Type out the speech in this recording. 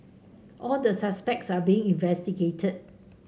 all the suspects are being investigated